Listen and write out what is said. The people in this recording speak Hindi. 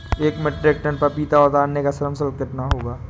एक मीट्रिक टन पपीता उतारने का श्रम शुल्क कितना होगा?